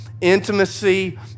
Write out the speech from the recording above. intimacy